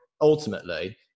ultimately